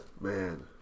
Man